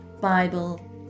bible